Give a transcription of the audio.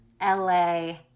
LA